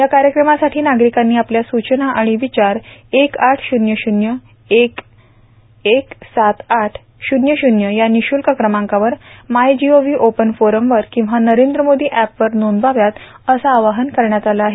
या कार्यक्रमासाठी नागरिकांनी आपल्या सूचना आणि विचार एक आठ शून्य शून्य एक एक सात आठ शूल्य शूल्य या निःशुल्क कमांकावर my G O V open फोरमवर किंवा नरेंद्र मोदी एपवर नोंदवाव्यात असं आवाहन करण्यात आलं आहे